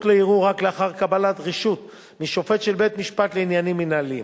לערעור רק לאחר קבלת רשות משופט של בית-משפט לעניינים מינהליים.